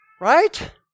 Right